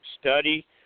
study